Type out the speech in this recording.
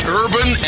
urban